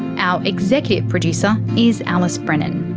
our executive producer is alice brennan.